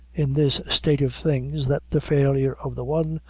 in this state of things that the failure of the one,